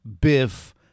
Biff